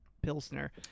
Pilsner